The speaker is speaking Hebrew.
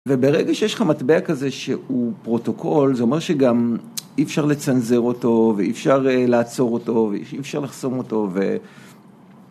וברגע שיש לך מטבע כזה שהוא פרוטוקול, זה אומר שגם אי אפשר לצנזר אותו ואי אפשר לעצור אותו ואי אפשר לחסום אותו ו...